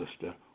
sister